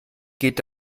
geht